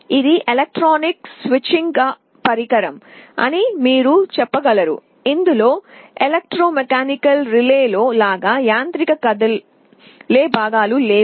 ఇది electronic switching పరికరం అని మీరు చెప్పగలరు ఎలక్ట్రోమెకానికల్ రిలేలో యాంత్రిక కదిలే భాగాలు లేవు